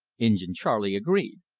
injin charley agreed.